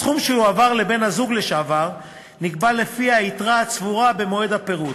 הסכום שיועבר לבן-הזוג לשעבר נקבע לפי היתרה הצבורה במועד הפירוד,